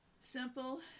simple